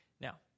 Now